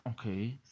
Okay